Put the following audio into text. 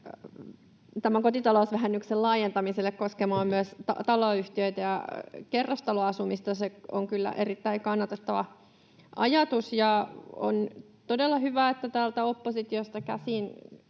kotitalousvähennyksen laajentamiselle koskemaan myös taloyhtiöitä ja kerrostaloasumista. Se on kyllä erittäin kannatettava ajatus. On todella hyvä, että täältä oppositiosta käsin